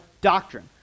doctrine